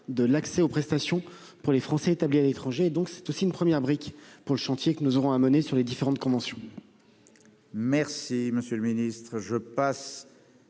de l'accès aux prestations pour les Français établis à l'étranger. C'est une première brique pour le chantier que nous aurons à mener sur les différentes conventions.